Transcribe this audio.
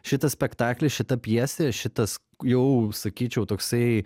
šitas spektaklis šita pjesė šitas jau sakyčiau toksai